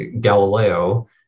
Galileo